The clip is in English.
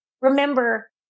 remember